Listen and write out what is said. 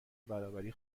برابری